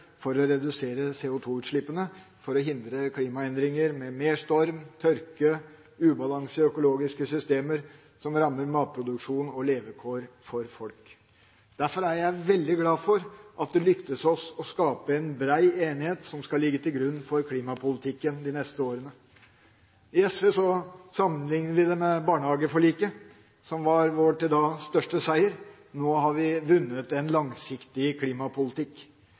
for å redusere CO2-utslippene for å hindre klimaendringer med mer storm, tørke, ubalanse i økologiske systemer som rammer matproduksjon og levekår for folk. Derfor er jeg veldig glad for at det lyktes oss å skape en bred enighet som skal ligge til grunn for klimapolitikken de neste årene. I SV sammenligner vi det med barnehageforliket, som var vår til da største seier. Nå har vi vunnet en langsiktig klimapolitikk.